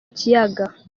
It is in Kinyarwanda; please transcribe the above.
kiyaga